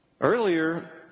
Earlier